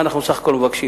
מה אנחנו בסך הכול מבקשים?